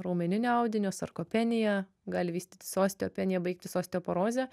raumeninio audinio sarkopenija gali vystytis osteopenija baigtis osteoporoze